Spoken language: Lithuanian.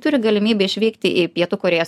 turi galimybę išvykti į pietų korėjos